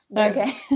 Okay